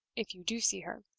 if you do see her,